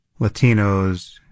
Latinos